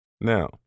Now